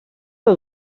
del